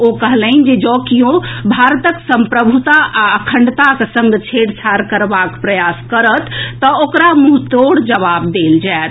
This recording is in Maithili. ओ कहलनि जे जं कियो भारतक संप्रभुता आ अखंडताक संग छेड़छाड़ करबाक प्रयास करत तऽ ओकरा मुंहतोड़ जवाब देल जाएत